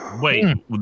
Wait